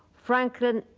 franklin,